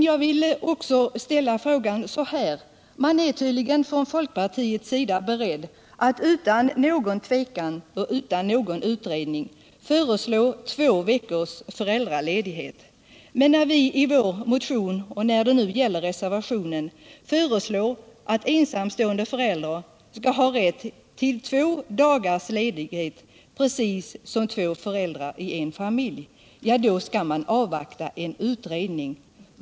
Jag vill också säga så här: Man är tydligen inom folkpartiet beredd att utan någon tvekan och utan någon utredning föreslå två veckors föräldraledighet, men när vi i vår motion och i reservationen föreslår att ensamstående förälder skall ha rätt till två dagars ledighet precis som två föräldrar i en familj — då skall man avvakta en utredning.